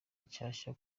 nshasha